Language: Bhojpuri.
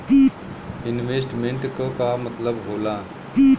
इन्वेस्टमेंट क का मतलब हो ला?